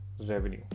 revenue